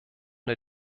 der